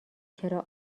چرا